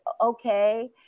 okay